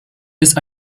ist